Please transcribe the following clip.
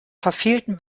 verfehlten